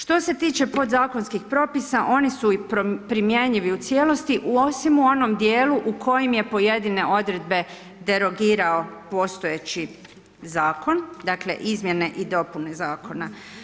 Što se tiče podzakonskih propisa, one su primjenjivi u cijelosti, osim u onom djelu u kojem je pojedine odredbe derogirao postojeći zakon, dakle izmjene i dopune zakona.